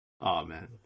Amen